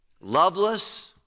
Loveless